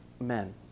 men